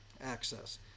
access